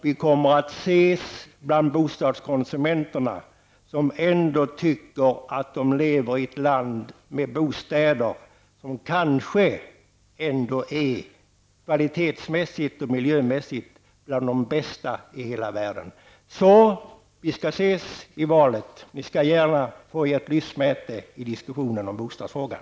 Vi kommer att ses bland bostadskonsumenterna, som ändå tycker att de lever i ett land med bostäder som kvalitetsmässigt och miljömässigt är bland de bästa i hela världen. Så vi ses i valet. Ni skall få ert lystmäte i diskussionerna om bostadsfrågan!